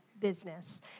business